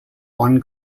one